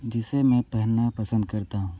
जिसे मैं पहनना पसंद करता हूँ